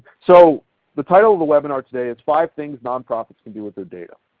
so the title of the webinar today is five things nonprofits can do with their data,